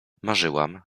marzyłam